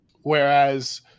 Whereas